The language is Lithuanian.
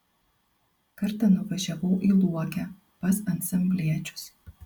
kartą nuvažiavau į luokę pas ansambliečius